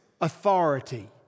authority